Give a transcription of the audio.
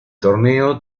torneo